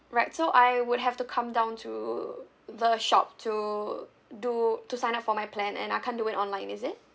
right so I would have to come down to the shop to do to sign up for my plan and I can't do it online is it